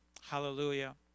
Hallelujah